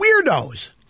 weirdos